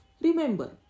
Remember